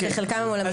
בחלקם הם עולמיים,